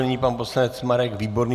Nyní pan poslanec Marek Výborný.